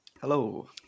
Hello